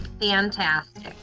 Fantastic